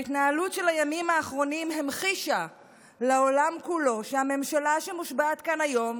ההתנהלות של הימים האחרונים המחישה לעולם כולו שהממשלה שמושבעת כאן היום